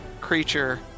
creature